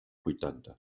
vuitanta